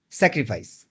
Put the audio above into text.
sacrifice